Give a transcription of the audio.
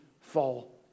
fall